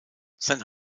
sein